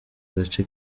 gace